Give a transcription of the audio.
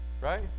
right